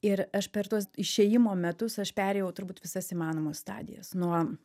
ir aš per tuos išėjimo metus aš perėjau turbūt visas įmanomas stadijas nuo